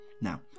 Now